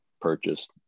purchased